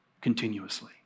continuously